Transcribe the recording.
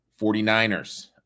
49ers